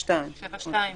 ב-7(2).